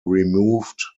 removed